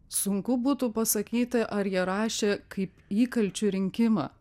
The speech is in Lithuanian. sunku būtų pasakyti ar jie rašė kaip įkalčių rinkimą